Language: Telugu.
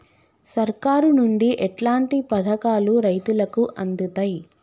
సర్కారు నుండి ఎట్లాంటి పథకాలు రైతులకి అందుతయ్?